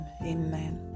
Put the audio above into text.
Amen